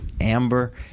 Amber